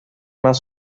más